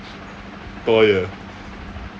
toy ah